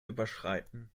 überschreiten